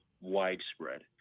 widespread